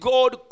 God